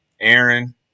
Aaron